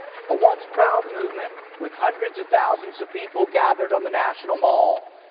a once-proud movement with hundreds of thousands of people gathered on the national mall.